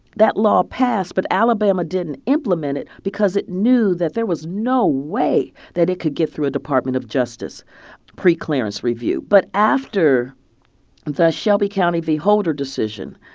that law passed, passed, but alabama didn't implement it because it knew that there was no way that it could get through a department of justice preclearance review. but after the shelby county v. holder decision,